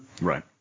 Right